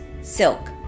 Silk